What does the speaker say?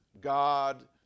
God